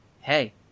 Hey